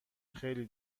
خیلی